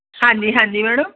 ਹਾਂਜੀ ਹਾਂਜੀ ਮੈਡਮ